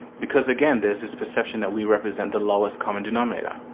because again, there's this perception that we represent the lowest common denominator.